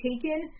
taken